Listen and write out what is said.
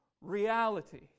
reality